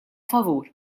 favur